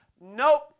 Nope